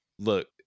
Look